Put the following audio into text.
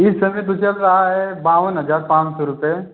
इस समय तो चल रहा है बावन हज़ार पाँच सौ रुपये